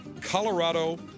Colorado